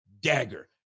Dagger